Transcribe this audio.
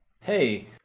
hey